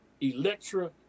Electra